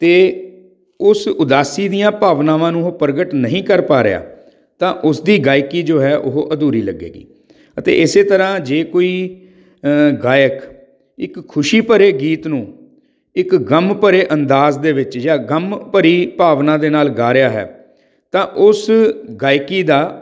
ਅਤੇ ਉਸ ਉਦਾਸੀ ਦੀਆਂ ਭਾਵਨਾਵਾਂ ਨੂੰ ਉਹ ਪ੍ਰਗਟ ਨਹੀਂ ਕਰ ਪਾ ਰਿਹਾ ਤਾਂ ਉਸਦੀ ਗਾਇਕੀ ਜੋ ਹੈ ਉਹ ਅਧੂਰੀ ਲੱਗੇਗੀ ਅਤੇ ਇਸ ਤਰ੍ਹਾਂ ਜੇ ਕੋਈ ਗਾਇਕ ਇੱਕ ਖੁਸ਼ੀ ਭਰੇ ਗੀਤ ਨੂੰ ਇੱਕ ਗਮ ਭਰੇ ਅੰਦਾਜ਼ ਦੇ ਵਿੱਚ ਜਾਂ ਗਮ ਭਰੀ ਭਾਵਨਾ ਦੇ ਨਾਲ ਗਾ ਰਿਹਾ ਹੈ ਤਾਂ ਉਸ ਗਾਇਕੀ ਦਾ